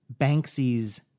banksy's